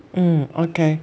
mm okay